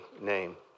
name